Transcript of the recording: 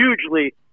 hugely